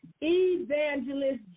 Evangelist